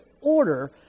order